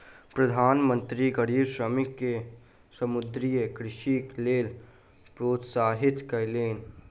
प्रधान मंत्री गरीब श्रमिक के समुद्रीय कृषिक लेल प्रोत्साहित कयलैन